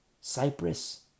Cyprus